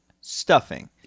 stuffing